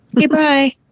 goodbye